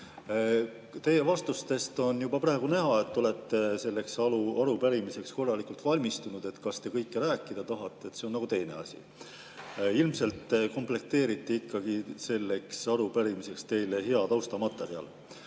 Teie vastustest on juba praegu näha, et te olete selleks arupärimiseks korralikult valmistunud. Kas te kõike rääkida tahate, see on nagu teine asi. Ilmselt komplekteeriti ikkagi selleks arupärimiseks teile hea taustamaterjal. Poliitikuna